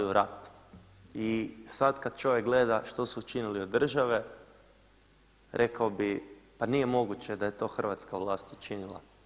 I sada kada čovjek gleda što su učinili od države rekao bih, pa nije moguće da je to hrvatska vlast učinila.